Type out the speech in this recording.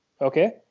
okay